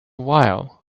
while